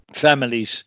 families